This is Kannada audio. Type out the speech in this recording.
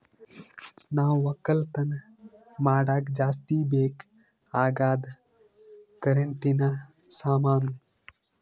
ನಾವ್ ಒಕ್ಕಲತನ್ ಮಾಡಾಗ ಜಾಸ್ತಿ ಬೇಕ್ ಅಗಾದ್ ಕರೆಂಟಿನ ಸಾಮಾನು